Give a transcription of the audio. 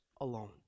alone